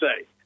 say